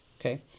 Okay